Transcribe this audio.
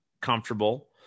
comfortable